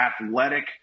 athletic